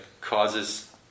causes